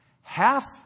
half